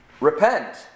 repent